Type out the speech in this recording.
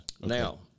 Now